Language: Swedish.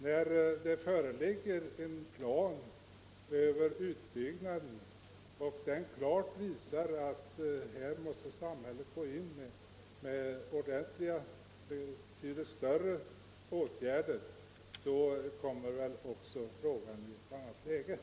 När det föreligger en plan för utbyggnaden och den klart visar att samhället här måste gå in med betydligt större anslag, så låt oss då på nytt pröva medelstilldelningen till fiskehamnarna.